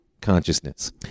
consciousness